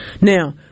Now